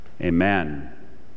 amen